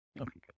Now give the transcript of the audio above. Okay